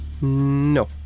No